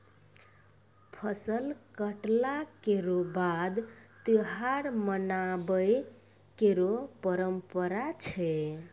फसल कटला केरो बाद त्योहार मनाबय केरो परंपरा छै